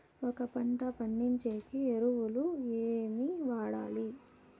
ఒక పంట పండించేకి ఎరువులు ఏవి వాడాలి?